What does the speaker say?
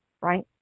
right